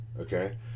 okay